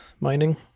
Mining